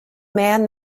man